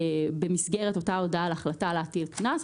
במסגרת אותה הודעה על החלטה להטיל קנס.